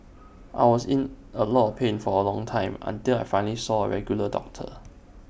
I was in A lot of pain for A long time until I finally saw A regular doctor